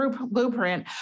Blueprint